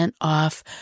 off